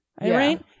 Right